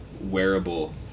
wearable